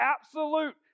absolute